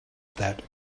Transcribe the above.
that